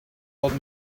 old